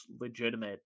legitimate